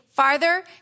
farther